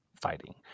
fighting